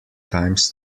times